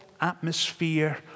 atmosphere